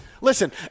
Listen